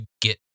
get